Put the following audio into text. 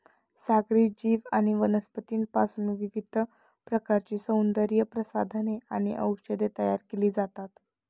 सागरी जीव आणि वनस्पतींपासूनही विविध प्रकारची सौंदर्यप्रसाधने आणि औषधे तयार केली जातात